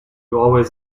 always